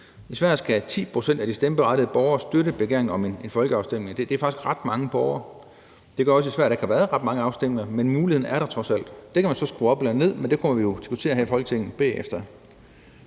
I Sverige skal 10 pct. af de stemmeberettigede borgere støtte begæring om en folkeafstemning. Det er faktisk ret mange borgere. Det gør også, at der i Sverige ikke har været ret mange afstemninger, men muligheden er der trods alt. Det kan man så skrue op eller ned for, men det kunne vi jo diskutere her i Folketinget bagefter.